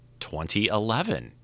2011